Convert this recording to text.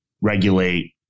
regulate